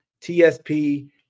TSP